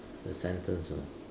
the sentence you know